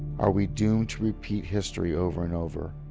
are we doomed to repeat history over and over?